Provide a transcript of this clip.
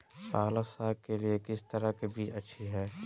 पालक साग के लिए किस तरह के बीज अच्छी है?